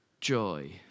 joy